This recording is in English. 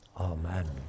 Amen